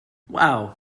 wow